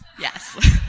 Yes